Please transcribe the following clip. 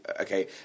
okay